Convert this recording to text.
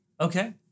Okay